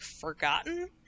forgotten